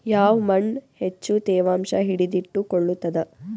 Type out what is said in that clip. ಯಾವ್ ಮಣ್ ಹೆಚ್ಚು ತೇವಾಂಶ ಹಿಡಿದಿಟ್ಟುಕೊಳ್ಳುತ್ತದ?